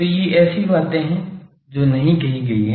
तो ये ऐसी बातें हैं जो नहीं कही गईं हैं